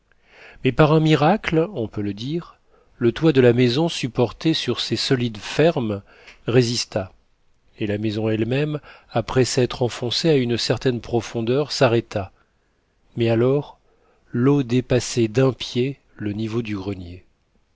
mais par un miracle on peut le dire le toit de la maison supporté sur ses solides fermes résista et la maison elle-même après s'être enfoncée à une certaine profondeur s'arrêta mais alors l'eau dépassait d'un pied le niveau du grenier